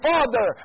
Father